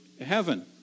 heaven